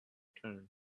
turn